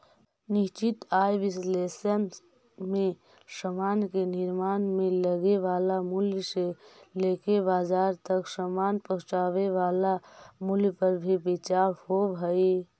निश्चित आय विश्लेषण में समान के निर्माण में लगे वाला मूल्य से लेके बाजार तक समान पहुंचावे वाला मूल्य पर भी विचार होवऽ हई